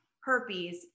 herpes